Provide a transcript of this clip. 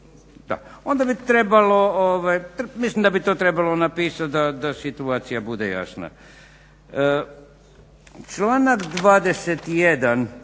Onda bi trebalo, mislim da bi to trebalo napisat da situacija bude jasna. Članak 21.